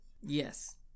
Yes